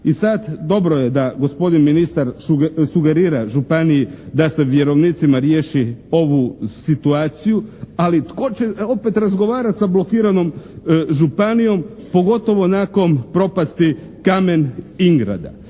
i sad dobro je da gospodin ministar sugerira županiji da sa vjerovnicima riješi ovu situaciju, ali tko će opet razgovarati sa blokiranom županijom pogotovo nakon propasti Kamen Ingrada.